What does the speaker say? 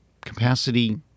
capacity